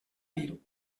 dir